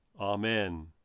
Amen